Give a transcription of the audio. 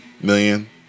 million